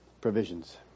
provisions